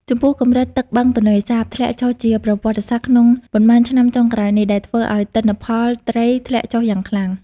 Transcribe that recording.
ចំពោះ កម្រិតទឹកបឹងទន្លេសាបធ្លាក់ចុះជាប្រវត្តិសាស្ត្រក្នុងប៉ុន្មានឆ្នាំចុងក្រោយនេះ ដែលធ្វើឱ្យទិន្នផលត្រីធ្លាក់ចុះយ៉ាងខ្លាំង។